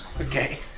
Okay